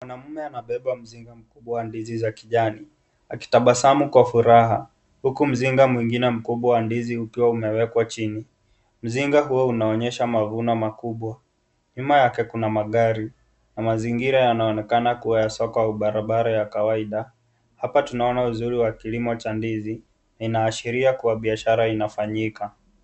Mwanaume anabeba mzinga mkubwa wa ndizi za kijani akitabasamu kwa furaha huku mzinga mwingine wa ndizi ukiwa imewekwa chini mzinga huo inaonyesha mavuno makubwa nyuma yake kuna magari mazingira yanaonyesha ya soko ya barabara ya kawaida hapa tunaona umuhimu wa ukulima wa ndizi inaashiria kwa biashara inafanyika.